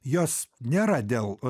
jos nėra dėl